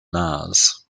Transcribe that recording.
mars